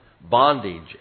bondage